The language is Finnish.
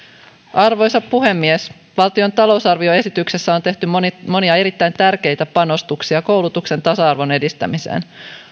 arvoisa puhemies valtion talousarvioesityksessä on tehty monia erittäin tärkeitä panostuksia koulutuksen tasa arvon edistämiseen